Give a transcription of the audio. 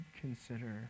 consider